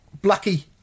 Blackie